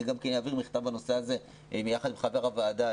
אני גם אעביר מכתב בנושא הזה ביחד עם חבר הוועדה